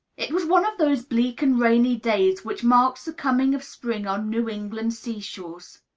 it was one of those bleak and rainy days which mark the coming of spring on new england sea-shores.